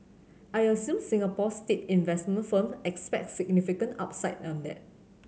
I assume Singapore's state investment firm expects significant upside on that